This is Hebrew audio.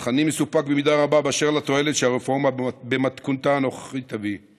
אך אני מסופק במידה רבה באשר לתועלת שהרפורמה במתכונתה הנוכחית תביא.